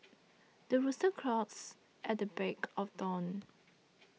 the rooster crows at the break of dawn